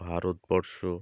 Bharatvarsha